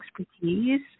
expertise